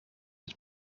het